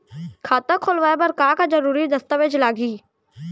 खाता खोलवाय बर का का जरूरी दस्तावेज लागही?